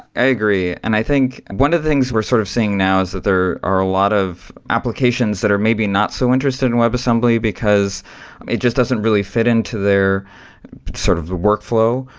i agree. and i think one of the things we're sort of seeing now is that there are a lot of applications that are maybe not so interested in webassembly, because it just doesn't really fit into their sort of the workflow.